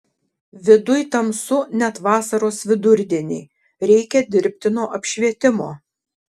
viduj tamsu net vasaros vidurdienį reikia dirbtino apšvietimo